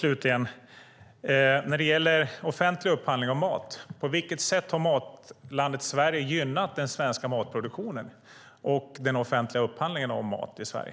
Slutligen: När det gäller offentlig upphandling av mat är min fråga: På vilket sätt har Matlandet Sverige gynnat den svenska matproduktionen och den offentliga upphandlingen av mat i Sverige?